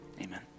Amen